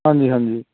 ਹਾਂਜੀ ਹਾਂਜੀ